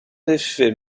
effet